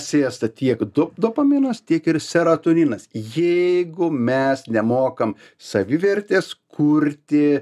siesta tiek du dopaminas tiek ir serotoninas jeigu mes nemokam savivertės kurti